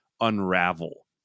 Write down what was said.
unravel